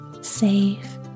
safe